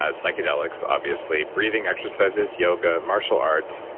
ah psychedelics obviously, breathing exercises, yoga, martial arts,